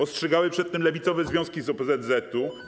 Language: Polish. Ostrzegały przed tym lewicowe związki z OPZZ.